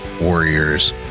warriors